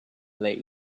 that